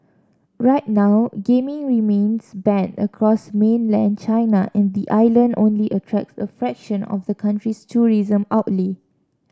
right now gaming remains banned across mainland China and the island only attracts a fraction of the country's tourism outlay